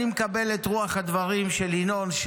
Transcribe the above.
אני מקבל את רוח הדברים של ינון,